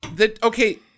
Okay